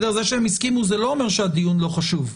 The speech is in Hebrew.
זה שהם הסכימו, זה לא אומר שהדיון לא חשוב.